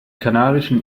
kanarischen